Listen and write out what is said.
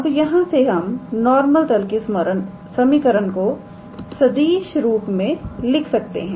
अब यहां से हम नॉर्मल तल की समीकरण को सदिश रूप में लिख सकते हैं